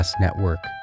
Network